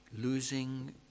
losing